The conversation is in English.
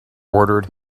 ordered